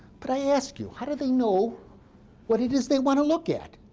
but i ask you how do they know what it is they want to look at?